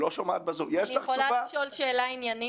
אפשר לשאול שאלה עניינית?